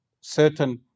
certain